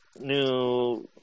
new